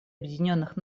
объединенных